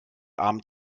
abend